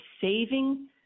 saving